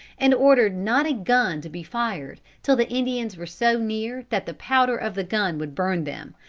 and ordered not a gun to be fired till the indians were so near that the powder of the gun would burn them,